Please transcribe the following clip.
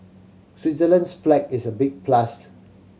Switzerland's flag is a big plus